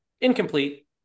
Incomplete